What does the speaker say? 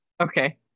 Okay